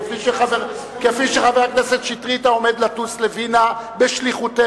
כפי שחבר הכנסת שטרית העומד לטוס לווינה בשליחותנו,